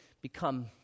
become